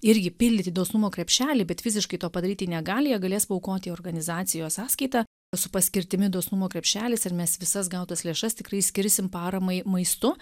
irgi pildyti dosnumo krepšelį bet fiziškai to padaryti negali jie galės paaukot į organizacijos sąskaitą su paskirtimi dosnumo krepšelis ir mes visas gautas lėšas tikrai skirsim paramai maistu